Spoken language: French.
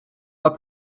mois